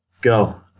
Go